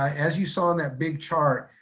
as you saw on that big chart,